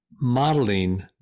modeling